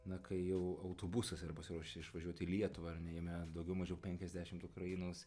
na kai jau autobusas ar pasiruošia išvažiuot į lietuvą ar ne jame daugiau mažiau penkiasdešimt ukrainos